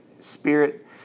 spirit